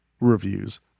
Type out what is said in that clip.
reviews